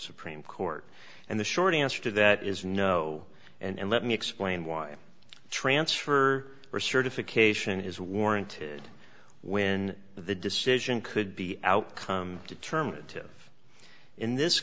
supreme court and the short answer to that is no and let me explain why a transfer or certification is warranted when the decision could be outcome determinative in this